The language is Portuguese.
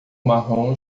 marrom